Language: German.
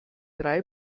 drei